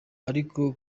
ariko